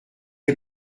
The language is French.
les